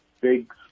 big